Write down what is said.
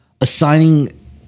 Assigning